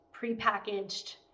prepackaged